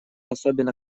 особенно